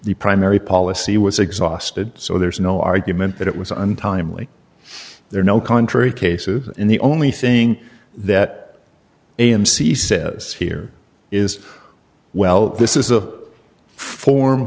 the primary policy was exhausted so there's no argument that it was untimely there are no contrary cases in the only thing that amc says here is well this is a form